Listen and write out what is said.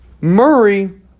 Murray